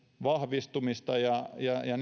vahvistumista ja ja